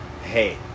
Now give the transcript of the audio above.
Hey